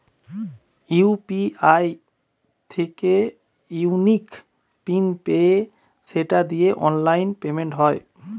UPI থিকে unique pin পেয়ে সেটা দিয়ে অনলাইন পেমেন্ট হয়